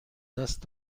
دست